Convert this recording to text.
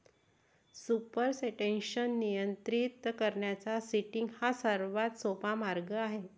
supersaturation नियंत्रित करण्याचा seeding हा सर्वात सोपा मार्ग आहे